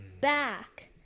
back